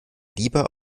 lieber